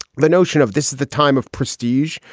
the notion of this is the time of prestige.